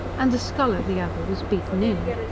and the skull of the other was beaten in.